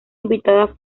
invitada